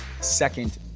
second